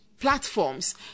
platforms